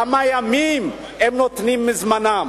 כמה ימים הם נותנים מזמנם,